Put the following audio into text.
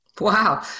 Wow